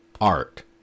art